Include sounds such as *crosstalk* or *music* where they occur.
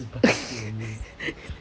*laughs*